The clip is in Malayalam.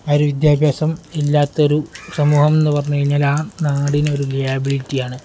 ആ ഒരു വിദ്യാഭ്യാസമില്ലാത്തൊരു സമൂഹമെന്ന് പറഞ്ഞുകഴിഞ്ഞാൽ ആ നാടിനൊരു ലയാബിലിറ്റിയാണ്